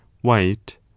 white